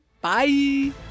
Bye